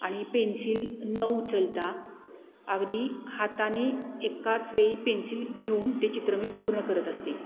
आणि पेन्सिल न उचलता अगदी हाताने एकाच वेळी पेन्सिल घेऊन ते चित्र मी पूर्ण करत असते